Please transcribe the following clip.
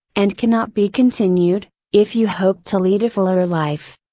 and cannot be continued, if you hope to lead a fuller life.